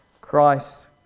Christ